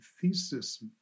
thesis